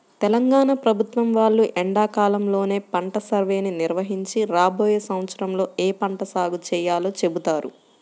తెలంగాణ ప్రభుత్వం వాళ్ళు ఎండాకాలంలోనే పంట సర్వేని నిర్వహించి రాబోయే సంవత్సరంలో ఏ పంట సాగు చేయాలో చెబుతారు